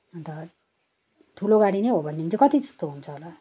अन्त ठुलो गाडी नै हो भनेदेखि चाहिँ कति जस्तो हुन्छ होला